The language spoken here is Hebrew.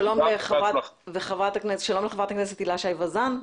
שלום לחברת הכנסת הילה שי וזאן.